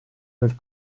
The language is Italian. del